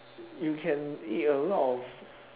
you can eat a lot of